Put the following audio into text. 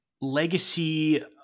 legacy